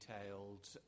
detailed